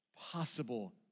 possible